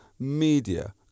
media